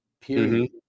Period